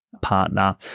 partner